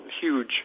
huge